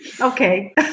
Okay